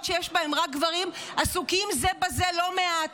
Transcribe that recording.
שיש בהם רק גברים עסוקים זה בזה לא מעט,